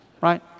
Right